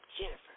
Jennifer